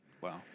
Wow